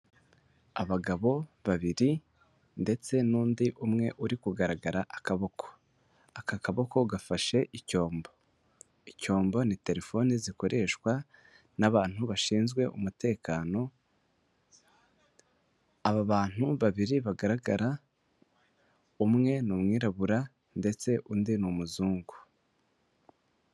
Abagabo babiri ndetse n'undi umwe uri kugaragara akaboko. Aka kaboko gafashe icyombo icyombo ni telefoni zikoreshwa n'abantu bashinzwe umutekano, aba bantu babiri bagaragara umwe ni umwirabura ndetse undi ni umuzungu.